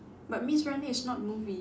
but maze runner is not movies